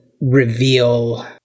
reveal